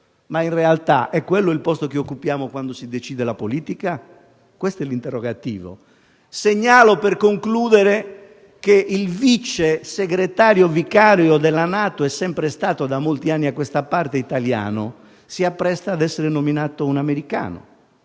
- è realmente quello il posto che occupiamo quando si decide la politica. Questo è l'interrogativo. Segnalo, in conclusione, che il Vice segretario vicario della NATO è sempre stato, da molti anni a questa parte, italiano, mentre si appresta ad essere nominato un americano,